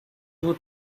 two